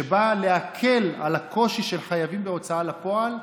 שבא להקל על הקושי של חייבים בהוצאה לפועל,